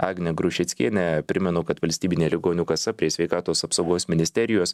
agnė grušeckiene primenu kad valstybinė ligonių kasa prie sveikatos apsaugos ministerijos